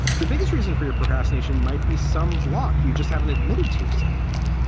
the biggest reason for your procrastination might be some block. you just haven't admitted to yourself.